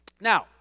Now